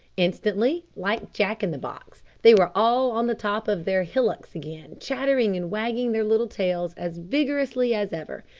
instantly, like jack in the box, they were all on the top of their hillocks again, chattering and wagging their little tails as vigorously as ever.